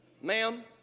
ma'am